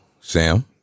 sam